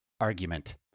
argument